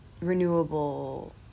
renewable